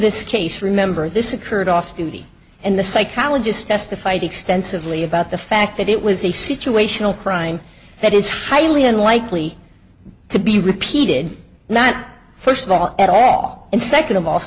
this case remember this occurred off duty and the psychologist testified extensively about the fact that it was a situational crime that is highly unlikely to be repeated not first of all at all and second of all